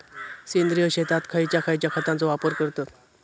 सेंद्रिय शेतात खयच्या खयच्या खतांचो वापर करतत?